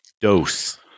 dose